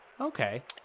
Okay